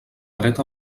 dret